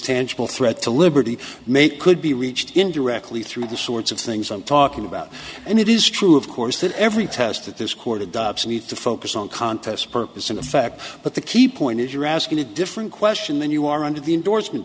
tangible threat to liberty may could be reached indirectly through the sorts of things i'm talking about and it is true of course that every test that this court of dobson needs to focus on contest purpose in effect but the key point is you're asking a different question than you are under the endorsement